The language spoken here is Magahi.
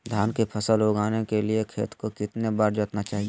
धान की फसल उगाने के लिए खेत को कितने बार जोतना चाइए?